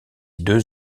deux